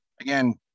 again